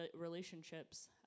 relationships